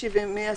מי בעד?